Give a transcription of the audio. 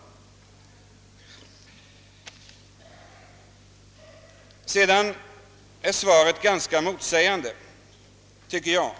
Jag tycker att beskeden i svaret är ganska motsägande.